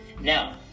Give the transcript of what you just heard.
Now